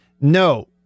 No